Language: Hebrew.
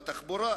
בתחבורה,